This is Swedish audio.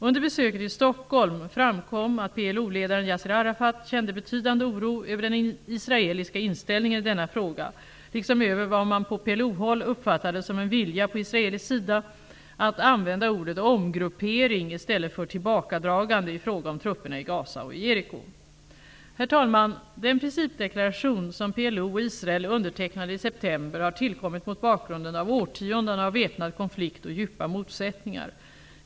Under besöket i Stockholm framkom att PLO ledaren Yassir Arafat kände betydande oro över den israeliska inställningen i denna fråga, liksom över vad man på PLO-håll uppfattade som en vilja på israelisk sida att använda ordet omgruppering i stället för tillbakadragande i fråga om trupperna i Herr talman! Den principdeklaration som PLO och Israel undertecknade i september har tillkommit mot bakgrund av årtionden av väpnad konflikt och djupa motsättningar.